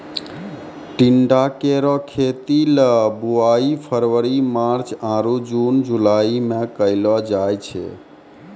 टिंडा केरो खेती ल बुआई फरवरी मार्च आरु जून जुलाई में कयलो जाय छै